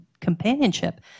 companionship